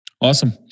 Awesome